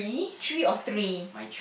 tree or three